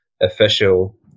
official